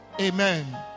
Amen